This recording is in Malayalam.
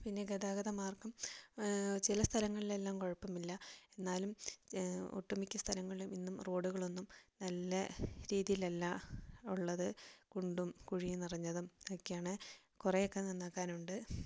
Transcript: പിന്നെ ഗതാഗത മാർഗം ചില സ്ഥലങ്ങളിലെല്ലാം കുഴപ്പമില്ല എന്നാലും ഒട്ടുമിക്ക സ്ഥലങ്ങളിലും ഇന്നും റോഡുകൾ ഒന്നും നല്ല രീതിയിലല്ല ഉള്ളത് കുണ്ടും കുഴിയും നിറഞ്ഞതുമൊക്കെയാണ് കുറേയൊക്കെ നന്നാക്കാനുണ്ട്